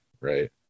Right